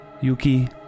Yuki